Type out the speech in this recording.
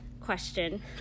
question